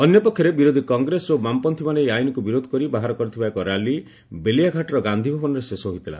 ଅନ୍ୟପକ୍ଷରେ ବିରୋଧୀ କଂଗ୍ରେସ ଓ ବାମପନ୍ଥୀମାନେ ଏହି ଆଇନକୁ ବିରୋଧ କରି ବାହାର କରିଥିବା ଏକ ର୍ୟାଲି ବେଲିଆଘାଟର ଗାନ୍ଧିଭବନରେ ଶେଷ ହୋଇଥିଲା